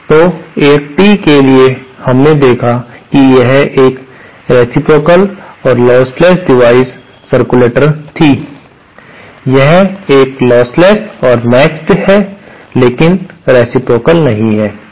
तो एक टी के लिए हमने देखा कि यह एक रेसिप्रोकाल और लॉसलेस डिवाइस सर्कुलेटर्स थी यह एक लॉसलेस और मेचड़ है लेकिन रेसिप्रोकाल नहीं है